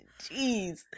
jeez